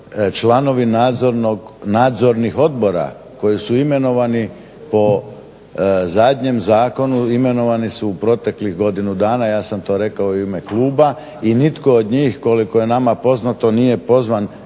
Članovi nadzornih odbora koji su imenovani po zadnjem zakonu imenovani su u proteklih godinu dana. Ja sam to rekao i u ime kluba i nitko od njih koliko je nama poznato nije pozvan